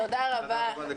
תודה רבה.